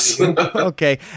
Okay